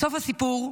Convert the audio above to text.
סוף הסיפור,